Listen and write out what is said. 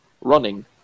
running